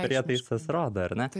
prietaisas rodo ar ne